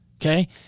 okay